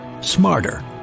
smarter